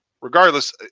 Regardless